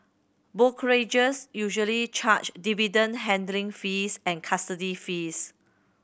brokerages usually charge dividend handling fees and custody fees